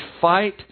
fight